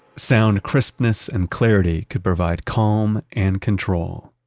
sound crispness and clarity could provide calm and control.